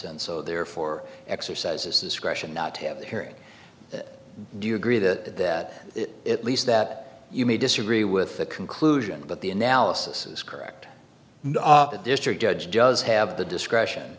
and so therefore exercises discretion not to have the hearing do you agree that that at least that you may disagree with the conclusion but the analysis is correct the district judge does have the discretion